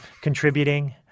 contributing